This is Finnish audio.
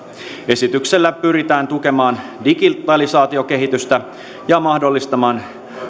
esityksellä pyritään tukemaan digitalisaatiokehitystä ja mahdollistamaan